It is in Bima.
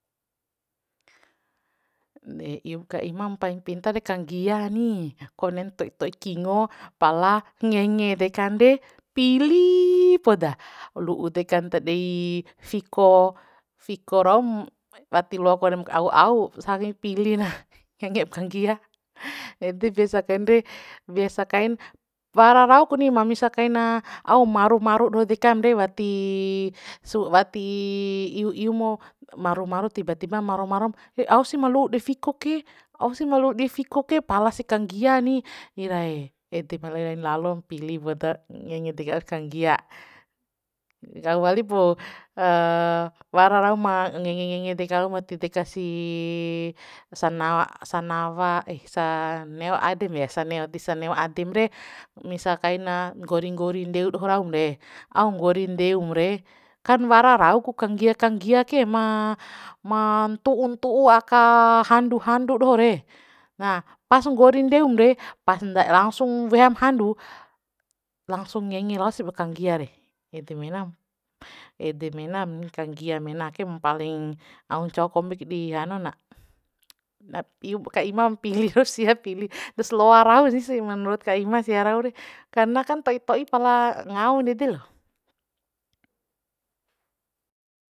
De ium ka ima ma paling pintar de kanggia ni konen to'i to'i kingo pala ngenge dekan de pili poda lu'u dekan ta dei fiko fiko raum wati loa konem ka ao ao susani pili na ngengem ka nggia ede biasa kain re biasa kain pwara rau kuni ma misa kaina au maru maru doho dekam de wati wati iu iu mo maru maru tiba tiba maram maram e au sih ma lu'u dei fiko ke ausi ma lu'u dei fiko ke pala si kanggia ni ira ee ede pa lai lalon pili poda ngenge deka kanggia au walipu wara rauma ngenge dekam wati deka sii sana sanawa sa neo adem yesa saneo ti saneo adem re misa kaina nggori nggori ndeu doho raum re au nggori ndeum re kan wara rau kanggia kanggia ke ma ma ntu'u ntu'u aka handu handu doho re pas nggori ndeumre langsung weham handu langsung ngenge lao sib kanggia de ede menam ede menam kanggia mena ke mpaling au ncau kombik di hanu na iup ka imam pili raus sia pili trus loa rau si si menurut ka ima sia rau re karna kan to'i to'i pala ngau ndede lo